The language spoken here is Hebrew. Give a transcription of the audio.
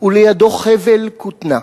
ולידו חבל כותנה.